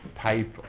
type